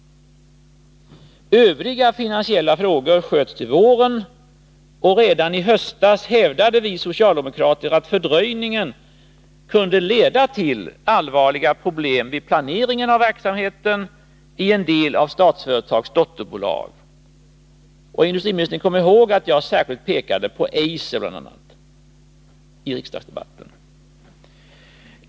Övriga finansiella frågor sköts upp till våren. Redan i höstas hävdade vi socialdemokrater att fördröjningen kunde leda till allvarliga problem vid planeringen av verksamheten i en del av Statsföretags dotterbolag. Industriministern kommer ihåg att jag särskilt pekade på bl.a. Eiser i riksdagsdebatten.